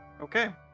Okay